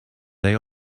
they